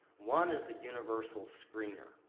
one is the universal screener,